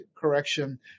correction